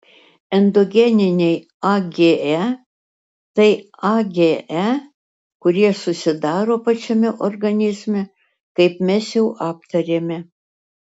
endogeniniai age tai age kurie susidaro pačiame organizme kaip mes jau aptarėme